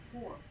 four